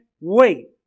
wait